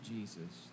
Jesus